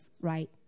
right